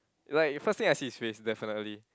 like first thing I see is face definitely